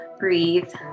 breathe